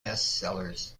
bestsellers